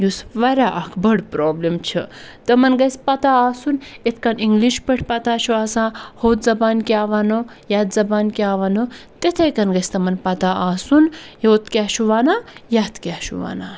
یُس واریاہ اَکھ بٔڑ پرٛابلِم چھِ تِمَن گَژھِ پَتَہ آسُن یِتھ کٔنۍ اِنٛگلِش پٲٹھۍ پَتَہ چھُ آسان ہُتھ زَبانہِ کیٛاہ وَنو یَتھ زبانہِ کیٛاہ وَنو تِتھَے کٔنۍ گَژھِ تِمَن پَتَہ آسُن کیٛاہ چھُ وَنان یَتھ کیٛاہ چھُ وَنان